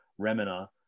Remina